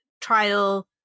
trial